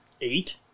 Eight